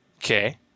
Okay